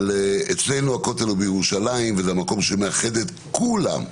אצלנו הכותל הוא בירושלים וזה מקום שמאחד את כולם,